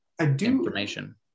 information